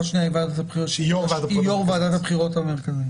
שנייה היא יו"ר ועדת הבחירות המרכזית.